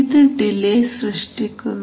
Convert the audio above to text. ഇത് ഡിലെ സൃഷ്ടിക്കുന്നു